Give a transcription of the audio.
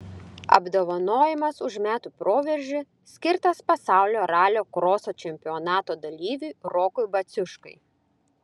apdovanojimas už metų proveržį skirtas pasaulio ralio kroso čempionato dalyviui rokui baciuškai